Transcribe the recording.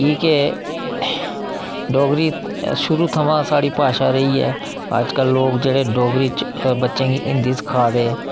की जे डोगरी शुरू थमां साढ़ी भाशा रेही ऐ अजकल लोग जेह्ड़े डोगरी च बच्चें गी हिंदी सखादे